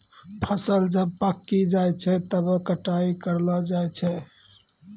फसल जब पाक्की जाय छै तबै कटाई करलो जाय छै